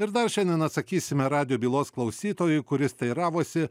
ir dar šiandien atsakysime radijo bylos klausytojui kuris teiravosi